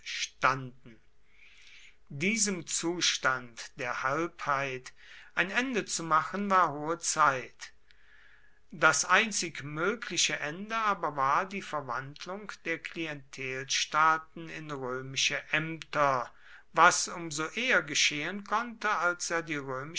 standen diesem zustand der halbheit ein ende zu machen war hohe zeit das einzig mögliche ende aber war die verwandlung der klientelstaaten in römische ämter was um so eher geschehen konnte als ja die